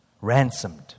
Ransomed